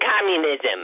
Communism